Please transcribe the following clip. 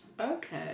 Okay